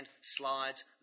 slides